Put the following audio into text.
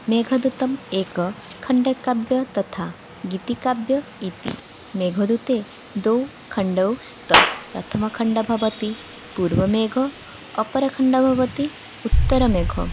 मेघदूतम् एकं खण्डकाव्यं तथा गीतिकाव्यम् इति मेघदूते द्वौ खण्डौ स्तः प्रथमखण्डः भवति पूर्वमेघः अपरखण्डः भवति उत्तरमेघः